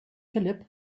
philipp